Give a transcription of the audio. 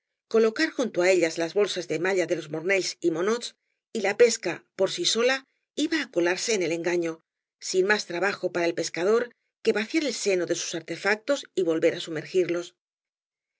colocar junto á ellas las bolsas de malla de los mornells y monots y la pesca por sí sola iba á colarse en el engafio sin más trabajo para el pescador que vaciar el seno de sus artefactos y volver á sumergirlos